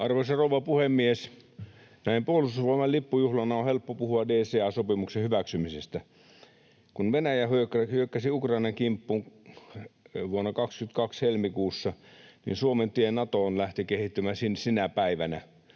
Arvoisa rouva puhemies! Näin puolustusvoimain lippujuhlan päivänä on helppo puhua DCA-sopimuksen hyväksymisestä. Kun Venäjä hyökkäsi Ukrainan kimppuun vuoden 22 helmikuussa, niin Suomen tie Natoon lähti kehittymään sinä päivänä.